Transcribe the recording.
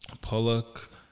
pollock